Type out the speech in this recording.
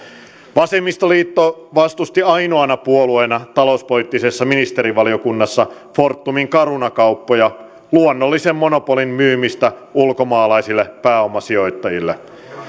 vasemmistoliitto vastusti ainoana puolueena talouspoliittisessa ministerivaliokunnassa fortumin caruna kauppoja luonnollisen monopolin myymistä ulkomaalaisille pääomasijoittajille